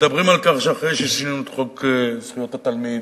מדברים על כך שאחרי ששינינו את חוק זכויות התלמיד